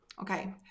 Okay